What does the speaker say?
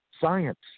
science